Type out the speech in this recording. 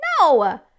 no